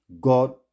God